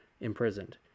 imprisoned